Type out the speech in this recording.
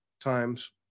times